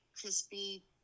crispy